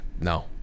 No